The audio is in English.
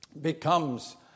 becomes